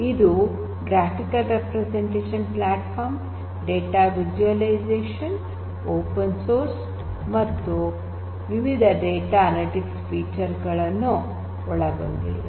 ಇದು graphical representation platform data visualisation open source ಮತ್ತು ವಿವಿಧ ಡೇಟಾ ಅನಲಿಟಿಕ್ಸ್ ಫೀಚರ್ ಗಳನ್ನು ಒಳಗೊಂಡಿದೆ